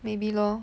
maybe lor